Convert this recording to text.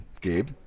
Gabe